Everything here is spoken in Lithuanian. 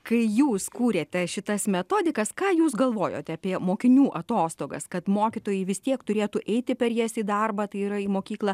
kai jūs kūrėte šitas metodikas ką jūs galvojote apie mokinių atostogas kad mokytojai vis tiek turėtų eiti per jas į darbą tai yra į mokyklą